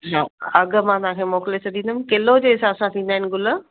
हा अघु मां तव्हांखे मोकिले छॾींदमि किलो जे हिसाब सां थींदा आहिनि गुल